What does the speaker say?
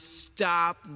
stop